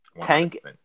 Tank